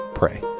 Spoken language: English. pray